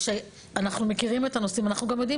אנחנו מכירים את הנושאים ואנחנו גם יודעים